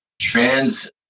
trans